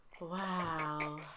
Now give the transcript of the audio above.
Wow